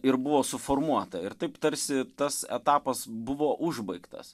ir buvo suformuota ir taip tarsi tas etapas buvo užbaigtas